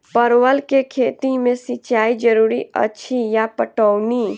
परवल केँ खेती मे सिंचाई जरूरी अछि या पटौनी?